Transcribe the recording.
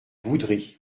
voudrez